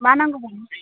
मा नांगौमोन